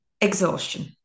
exhaustion